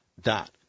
dot